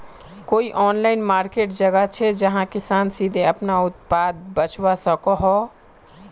कोई online market जगह छे जहाँ किसान सीधे अपना उत्पाद बचवा सको हो?